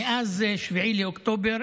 מאז 7 באוקטובר